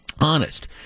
honest